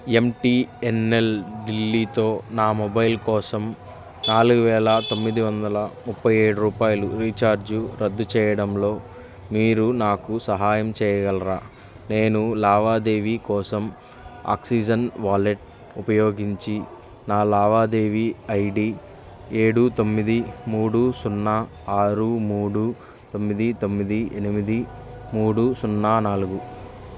MTNL ఢిల్లీతో నా mobile కోసం నాలుగు వేల తొమ్మిది వందల ముప్పై ఏడు రూపాయలు రీఛార్జ్ రద్దు చేయడంలో మీరు నాకు సహాయం చేయగలరా నేను లావాదేవీ కోసం ఆక్సిజెన్ వాలెట్ ఉపయోగించి నా లావాదేవీ ఐడి ఏడు తొమ్మిది మూడు సున్న ఆరు మూడు తొమ్మిది తొమ్మిది ఎనిమిది మూడు సున్న నాలుగు